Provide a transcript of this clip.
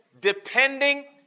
depending